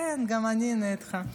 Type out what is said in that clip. כן, גם אני אהנה איתך.